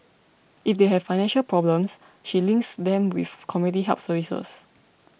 if they have financial problems she links them with community help services